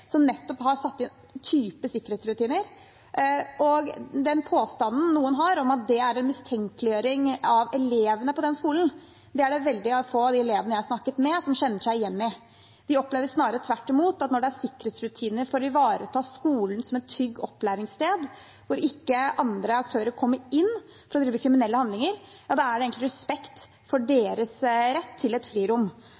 som nettopp har satt opp den type sikkerhetsrutiner. Og den påstanden noen har om at det er en mistenkeliggjøring av elevene på den skolen, er det veldig få av de elevene jeg har snakket med, som kjenner seg igjen i. De opplever tvert imot at når det er sikkerhetsrutiner for å ivareta skolen som et trygt opplæringssted hvor ikke andre aktører kommer inn for å drive med kriminelle handlinger, er det egentlig en respekt for